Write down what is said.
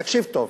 תקשיב טוב.